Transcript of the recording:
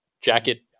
Jacket